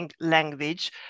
language